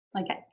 Okay